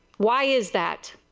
why is that?